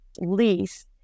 lease